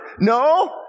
No